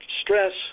stress